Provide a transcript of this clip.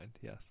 yes